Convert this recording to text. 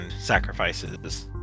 sacrifices